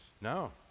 No